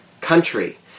country